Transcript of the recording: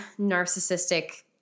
narcissistic